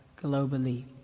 globally